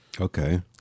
okay